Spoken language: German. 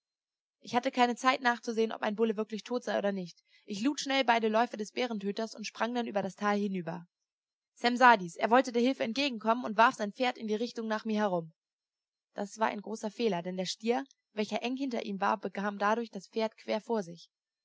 ich hatte keine zeit nachzusehen ob mein bulle wirklich tot sei oder nicht ich lud schnell beide läufe des bärentöters und sprang dann über das tal hinüber sam sah dies er wollte der hilfe entgegenkommen und warf sein pferd in die richtung nach mir herum das war ein großer fehler denn der stier welcher eng hinter ihm war bekam dadurch das pferd quer vor sich